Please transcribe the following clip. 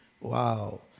Wow